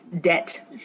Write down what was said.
debt